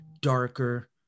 darker